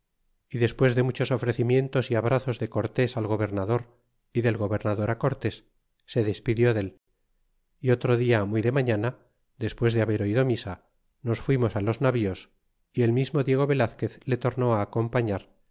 y despues de muchos ofrecimientos y abrazos de cortes al gobernador y del gobernador cortes se despidió del y otro dia muy de mañana despues de haber oido misa nos fuimos los navíos y el mismo diego velazquez le tornó acompañar